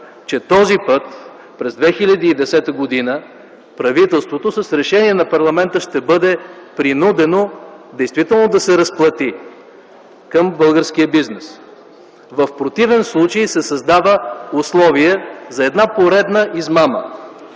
че този път през 2010 г. правителството, с решение на парламента ще бъде принудено действително да се разплати към българския бизнес. В противен случай се създават условия за една поредна измама,